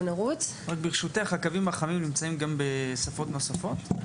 הקווים החמים הם גם בשפות נוספות?